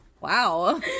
Wow